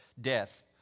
death